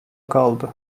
kaldı